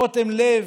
אוטם לב,